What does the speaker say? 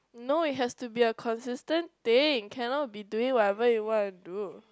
no it has to be a consistent thing cannot be doing whatever you want to do